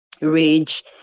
rage